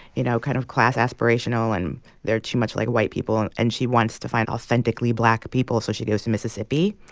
you know, kind of class-aspirational and they're too much like white people, and and she wants to find authentically black people, so she goes to mississippi.